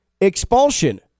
expulsion